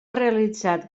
realitzat